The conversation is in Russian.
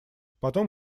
потом